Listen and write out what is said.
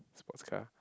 sports car